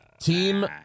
Team